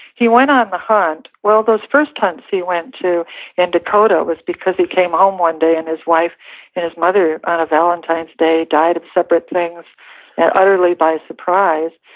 he went on the hunt. all those first hunts he went to in dakota was because he came home one day and his wife and his mother on a valentine's day died of separate things and utterly by surprise,